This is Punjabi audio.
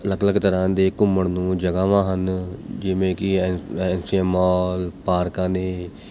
ਅਲੱਗ ਅਲੱਗ ਤਰ੍ਹਾਂ ਦੇ ਘੁੰਮਣ ਨੂੰ ਜਗ੍ਹਾਵਾਂ ਹਨ ਜਿਵੇਂ ਕਿ L N C M mall ਪਾਰਕਾਂ ਨੇ